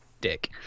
Dick